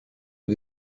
aux